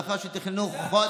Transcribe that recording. לאחר שתכננו חודש,